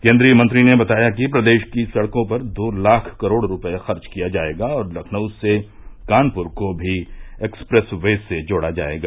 केन्द्रीय मंत्री ने बताया कि प्रदेश की सड़कों पर दो लाख करोड़ रूपये खर्च किया जाएगा और लखनऊ से कानपुर को भी एक्सप्रेस वे से जोड़ा जाएगा